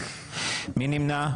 מי נמנע?